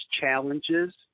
challenges